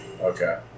Okay